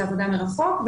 לעבודה מרחוק,